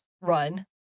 run